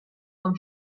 con